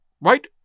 Right